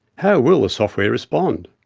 how will the software respond?